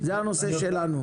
כבר לא מחפשים בית צמוד קרקע.